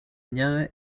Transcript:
añade